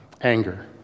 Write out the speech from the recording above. Anger